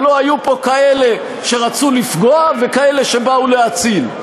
אבל לא היו פה כאלה שרצו לפגוע וכאלה שבאו להציל,